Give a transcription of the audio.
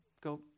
Go